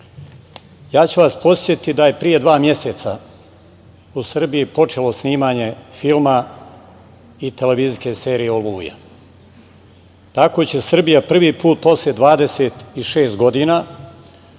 ću vas podsetiti da je pre dva meseca u Srbiji počelo snimanje filma i televizijske serije „Oluja“. Tako će Srbija prvi put posle 26 godina